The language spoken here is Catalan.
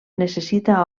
necessita